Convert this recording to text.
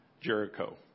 Jericho